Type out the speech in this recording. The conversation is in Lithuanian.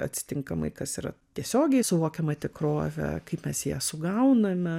atitinkamai kas yra tiesiogiai suvokiama tikrovė kaip mes ją sugauname